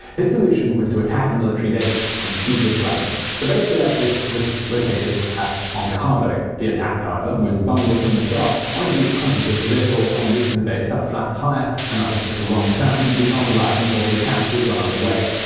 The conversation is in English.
his solution was to attack a military base and seize its weapons. the base selected was located at moncado. the attack, however, was bungled from the start one of the twenty six vehicles en route to the base had a flat tire another took a wrong turn and did not arrive until the attack was well under way.